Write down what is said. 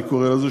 אני קורא לזה,